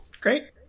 Great